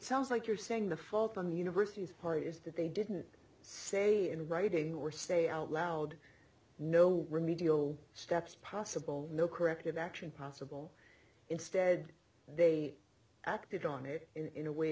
sounds like you're saying the fault on universities part is that they didn't say in writing or say out loud no remedial steps possible no corrective action possible instead they acted on it in a way